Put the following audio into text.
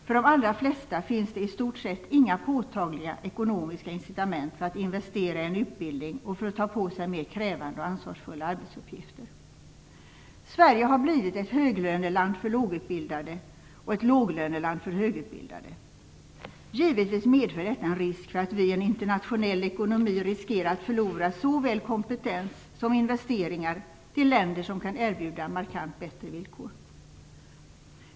För de allra flesta finns det i stort sett inga påtagliga ekonomiska incitament för att investera i en utbildning och för att ta på sig mer krävande och ansvarsfulla arbetsuppgifter. Sverige har blivit ett höglöneland för lågutbildade och ett låglöneland för högutbildade. Givetvis medför detta att vi i en internationell ekonomi riskerar att förlora såväl kompetens som investeringar till länder som kan erbjuda markant bättre villkor.